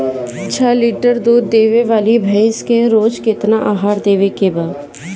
छह लीटर दूध देवे वाली भैंस के रोज केतना आहार देवे के बा?